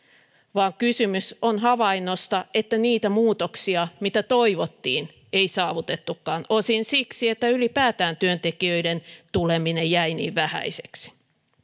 vaan kysymys on havainnosta että niitä muutoksia mitä toivottiin ei saavutettukaan osin siksi että ylipäätään työntekijöiden tuleminen jäi niin vähäiseksi